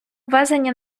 ввезення